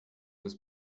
was